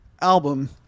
album